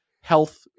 health